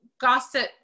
gossip